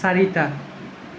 চাৰিটা